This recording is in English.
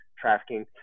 trafficking